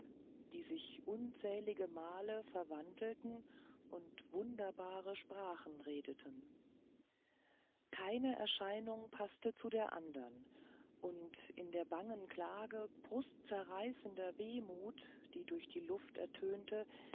die sich unzähligemal verwandelten und wunderbare sprachen redeten keine erscheinung paßte zu der anderen und in der bangen klage brustzerreißender wehmut die durch die luft ertönte